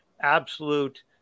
absolute